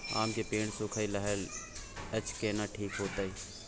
आम के पेड़ सुइख रहल एछ केना ठीक होतय?